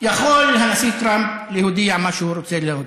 יכול הנשיא טראמפ להודיע מה שהוא רוצה להודיע,